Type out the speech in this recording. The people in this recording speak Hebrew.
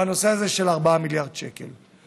בנושא הזה, של 4 מיליארד שקל.